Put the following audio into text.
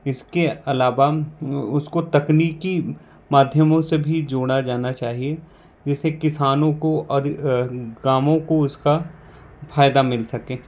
इसके अलावा उसको तकनीकी माध्यमों से भी जोड़ा जाना चाहिए जिससे किसानों को कामों को उसका फायदा मिल सके